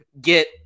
get –